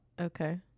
okay